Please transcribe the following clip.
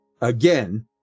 again